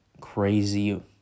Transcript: crazy